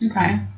okay